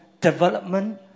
development